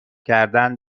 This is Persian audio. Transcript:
کردن